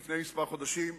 לפני כמה חודשים,